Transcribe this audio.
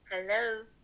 Hello